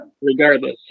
Regardless